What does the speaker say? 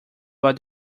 about